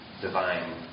divine